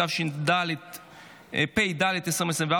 התשפ"ד 2024,